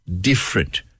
different